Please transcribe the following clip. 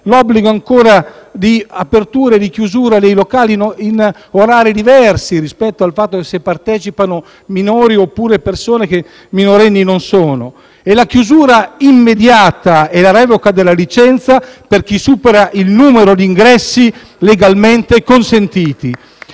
dall'obbligo di apertura e chiusura dei locali in orari diversi rispetto al fatto che partecipino minori oppure persone che minorenni non sono e la chiusura immediata e la revoca della licenza per chi supera il numero di ingressi legalmente consentiti.